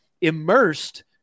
immersed